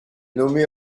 nommé